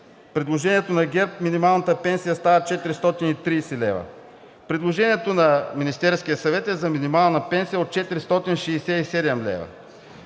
предложението на ГЕРБ минималната пенсия става 430 лв. Предложението на Министерския съвет е за минимална пенсия от 467 лв.